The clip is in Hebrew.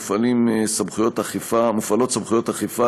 מופעלות סמכויות אכיפה,